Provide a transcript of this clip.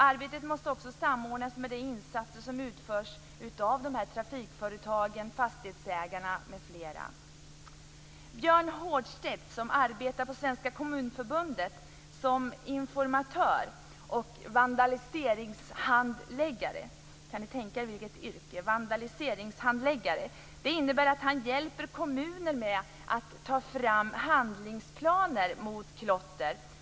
Arbetet måste också samordnas med de insatser som utförs av trafikföretagen, fastighetsägarna m.fl. Björn Hårdstedt arbetar på Svenska Kommunförbundet som informatör och vandaliseringshandläggare. Kan ni tänka er vilket yrke, vandaliseringshandläggare! Det innebär att han hjälper kommuner att ta fram handlingsplaner mot klotter.